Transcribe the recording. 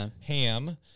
Ham